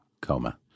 coma